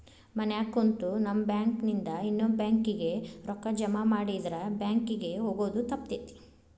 ಮನ್ಯಾಗ ಕುಂತು ನಮ್ ಬ್ಯಾಂಕ್ ನಿಂದಾ ಇನ್ನೊಬ್ಬ್ರ ಬ್ಯಾಂಕ್ ಕಿಗೆ ರೂಕ್ಕಾ ಜಮಾಮಾಡಿದ್ರ ಬ್ಯಾಂಕ್ ಕಿಗೆ ಹೊಗೊದ್ ತಪ್ತೆತಿ